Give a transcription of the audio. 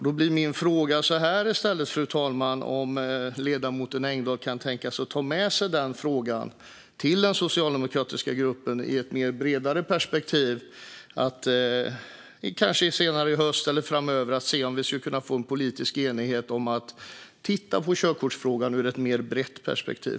Då blir min fråga i stället, fru talman, om ledamoten Engdahl kan tänka sig att ta med sig detta till den socialdemokratiska gruppen så att vi kanske senare i höst eller framöver skulle kunna få en politisk enighet om att titta på körkortsfrågan i ett bredare perspektiv.